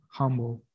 humble